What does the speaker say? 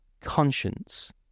conscience